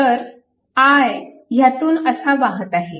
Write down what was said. तर i ह्यातून असा वाहत आहे